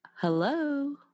Hello